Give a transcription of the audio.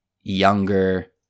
younger